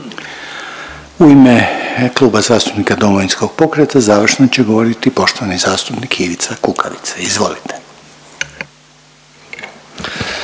U ime Kluba zastupnika Domovinskog pokreta završno će govoriti poštovani zastupnik Ivica Kukavica. Izvolite.